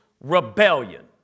rebellion